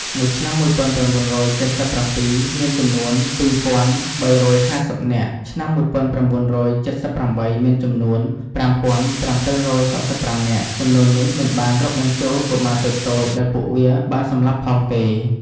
នៅឆ្នាំ១៩៧៧ មានចំនួន២៣៥០នាក់ ឆ្នាំ១៩៧៨ មានចំនួន៥៧៦៥នាក់ ចំនួននេះមិនបានរាប់បញ្ចូលកុមារតូចៗដែលពួកវាបានសម្លាប់ផងទេ។